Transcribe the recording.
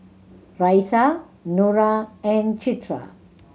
Raisya Nura and Citra